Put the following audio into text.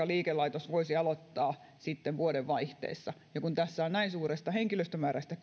liikelaitos voisi aloittaa sitten vuodenvaihteessa ja kun tässä on näin suuresta henkilöstömäärästä